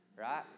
right